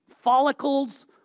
follicles